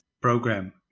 program